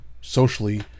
socially